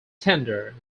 tender